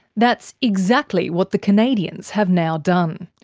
that's exactly what the canadians have now done.